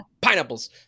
Pineapples